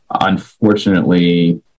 Unfortunately